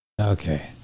Okay